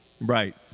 right